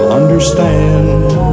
understand